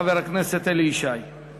חבר הכנסת אלי ישי.